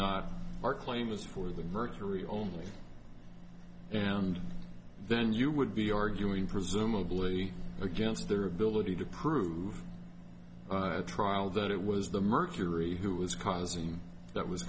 not our claim is for the mercury only and then you would be arguing presumably against their ability to prove trial that it was the mercury who was causing that was